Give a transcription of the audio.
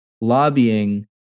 Lobbying